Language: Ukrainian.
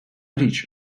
річ